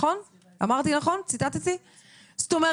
ציטטתי נכון?